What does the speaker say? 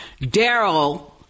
Daryl